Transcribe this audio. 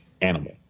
animal